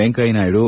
Venkaiah Naidu